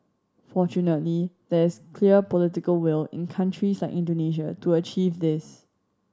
fortunately there is clear political will in countries like Indonesia to achieve this